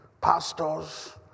pastors